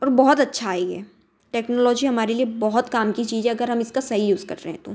और बहुत अच्छा है यह टेक्नोलॉजी हमारे लिए बहुत काम की चीज़ है अगर हम इसका सही यूज़ कर रहे हैं तो